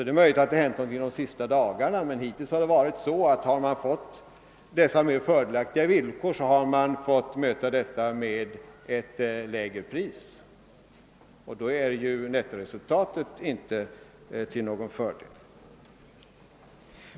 Det är möjligt att det har hänt någonting under de senaste dagarna — hitintills har det annars varit så att man om man 'beviljats de mera fördelaktiga villkoren har fått möta detta med ett lägre pris, och då biir ju nettoresultatet inte till någon fördel.